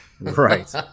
Right